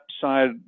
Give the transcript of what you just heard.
side